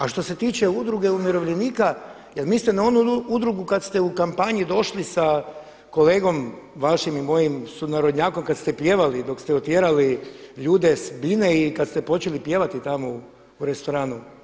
A što se tiče udruge umirovljenika, jel' mislite na onu udrugu kad ste u kampanji došli sa kolegom vašim i mojim sunarodnjakom kad ste pjevali dok ste otjerali ljude s bine i kad ste počeli pjevati tamo u restoranu.